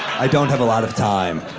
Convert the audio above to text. i don't have a lot of time.